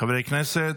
חברי הכנסת?